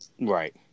Right